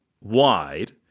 wide